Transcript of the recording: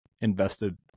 invested